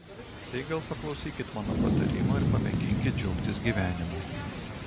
tai gal paklausykit mano patarimo ir pamėginkit džiaugtis gyvenimu